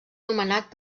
nomenat